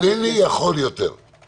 אני מניח שאם בכלל זה ייקרה